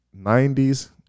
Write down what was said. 90's